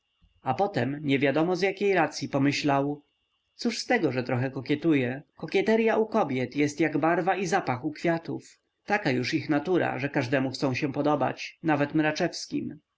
a potem niewiadomo z jakiej racyi pomyślał cóż z tego że trochę kokietuje kokieteteryakokieterya u kobiet jest jak barwa i zapach u kwiatów taka już ich natura że każdemu chcą się podobać nawet mraczewskim